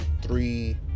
three